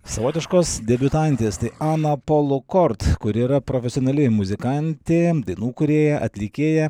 savotiškos debiutantės tai ana polukort kuri yra profesionali muzikantė dainų kūrėja atlikėja